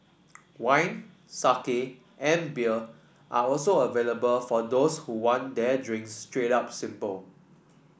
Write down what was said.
wine sake and beer are also available for those who want their drinks straight up simple